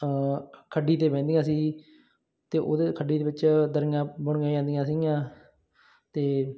ਖੱਡੀ 'ਤੇ ਬਹਿੰਦੀਆਂ ਸੀ ਅਤੇ ਉਹਦੇ ਖੱਡੀ ਦੇ ਵਿੱਚ ਦਰੀਆਂ ਬੁਣੀਆਂ ਜਾਂਦੀਆਂ ਸੀਗੀਆਂ ਅਤੇ